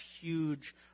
huge